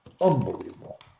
Unbelievable